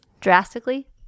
Drastically